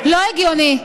לא הגיוני.